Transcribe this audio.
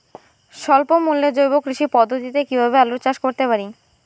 স্বল্প মূল্যে জৈব কৃষি পদ্ধতিতে কীভাবে আলুর চাষ করতে পারি?